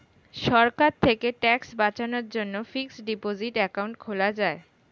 সরকার থেকে ট্যাক্স বাঁচানোর জন্যে ফিক্সড ডিপোসিট অ্যাকাউন্ট খোলা যায়